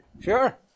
Sure